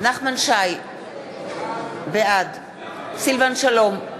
נחמן שי, בעד סילבן שלום,